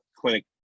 clinic